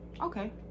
okay